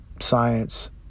science